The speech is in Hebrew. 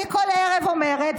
אני כל ערב אומרת,